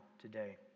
today